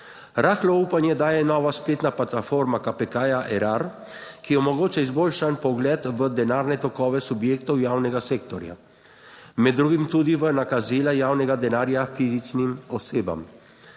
Rahlo upanje daje nova spletna platforma KPK Erar, ki omogoča izboljšan pogled v denarne tokove subjektov javnega sektorja. Med drugim tudi v nakazila javnega denarja fizičnim osebam.